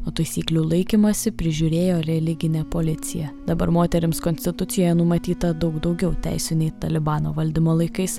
o taisyklių laikymąsi prižiūrėjo religinė policija dabar moterims konstitucijoje numatyta daug daugiau teisių nei talibano valdymo laikais